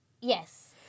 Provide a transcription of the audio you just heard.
Yes